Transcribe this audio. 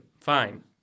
fine